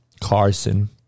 Carson